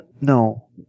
no